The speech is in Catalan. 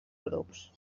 grups